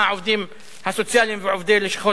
העובדים הסוציאליים ועובדי לשכות